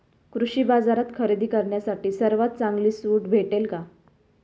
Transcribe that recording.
कृषी बाजारात खरेदी करण्यासाठी सर्वात चांगली सूट भेटेल का?